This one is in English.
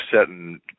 setting